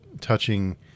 touching